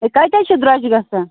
ہے کَتے چھِ درٛۄجہِ گژھان